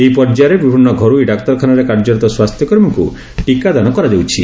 ଏହି ପର୍ଯ୍ୟାୟରେ ବିଭିନ୍ ଘରୋଇ ଡାକ୍ତରଖାନାରେ କାର୍ଯ୍ୟରତ ସ୍ୱାସ୍ଥ୍ୟକର୍ମୀଙ୍କୁ ଟିକାଦାନ କରାଯାଉଛି